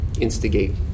instigate